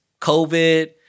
COVID